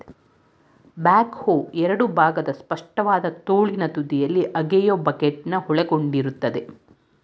back ಹೋ ಎರಡು ಭಾಗದ ಸ್ಪಷ್ಟವಾದ ತೋಳಿನ ತುದಿಯಲ್ಲಿ ಅಗೆಯೋ ಬಕೆಟ್ನ ಒಳಗೊಂಡಿರ್ತದೆ